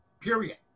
period